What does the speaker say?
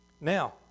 Now